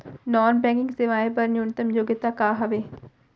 Non banking सेवाएं बर न्यूनतम योग्यता का हावे?